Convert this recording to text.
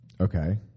Okay